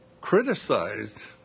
Criticized